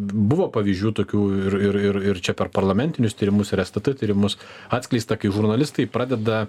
buvo pavyzdžių tokių ir ir ir ir čia per parlamentinius tyrimus ir stt tyrimus atskleista kai žurnalistai pradeda